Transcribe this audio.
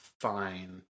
fine